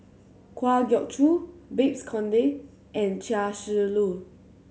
Kwa Geok Choo Babes Conde and Chia Shi Lu